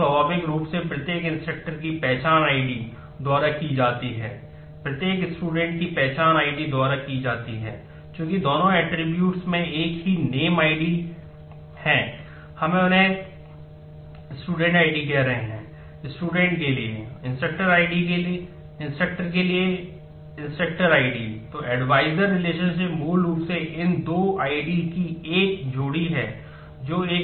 इसके बाद रिलेशनशिपस देगा